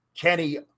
Kenny